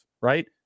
right